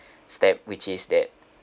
step which is that